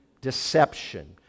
deception